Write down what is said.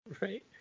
right